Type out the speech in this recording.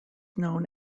known